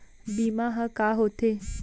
बीमा ह का होथे?